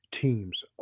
teams